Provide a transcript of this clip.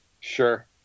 Sure